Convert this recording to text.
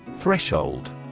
Threshold